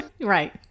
right